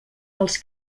dels